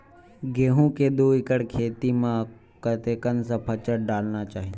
गेहूं के दू एकड़ खेती म कतेकन सफाचट डालना चाहि?